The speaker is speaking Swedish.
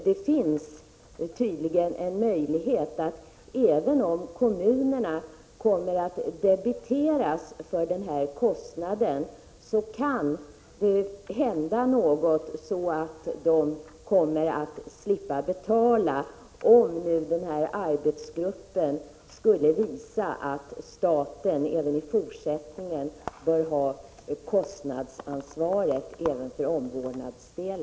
Kommunerna kommer visserligen att debiteras för kostnaden för omvårdnadsdelen, men med Gunnar Ströms tolkning finns det tydligen en möjlighet att de slipper betala den, om nu arbetsgruppen skulle visa att staten även i fortsättningen bör ha kostnadsansvaret för denna del.